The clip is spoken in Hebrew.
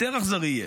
יותר אכזרי יהיה,